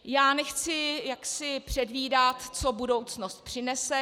Já nechci předvídat, co budoucnost přinese.